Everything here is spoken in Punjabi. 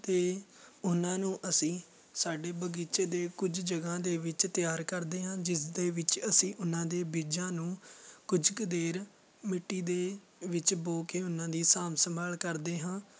ਅਤੇ ਉਹਨਾਂ ਨੂੰ ਅਸੀਂ ਸਾਡੇ ਬਗੀਚੇ ਦੇ ਕੁਝ ਜਗ੍ਹਾ ਦੇ ਵਿੱਚ ਤਿਆਰ ਕਰਦੇ ਹਾਂ ਜਿਸ ਦੇ ਵਿੱਚ ਅਸੀਂ ਉਹਨਾਂ ਦੇ ਬੀਜਾਂ ਨੂੰ ਕੁਝ ਕੁ ਦੇਰ ਮਿੱਟੀ ਦੇ ਵਿੱਚ ਬੋ ਕੇ ਉਹਨਾਂ ਦੀ ਸਾਂਭ ਸੰਭਾਲ ਕਰਦੇ ਹਾਂ